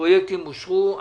הפרויקטים אושרו.